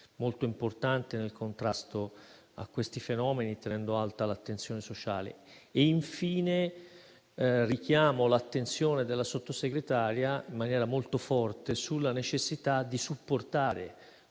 molto importanti nel contrasto a questi fenomeni, tenendo alta l'attenzione sociale. Infine, richiamo l'attenzione della Sottosegretaria in maniera molto forte sulla necessità di supportare,